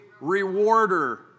rewarder